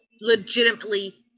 legitimately